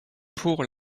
pour